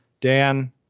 Dan